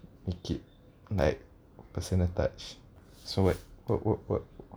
you keep like personal touch so what what what what